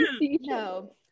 No